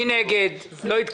מי נמנע?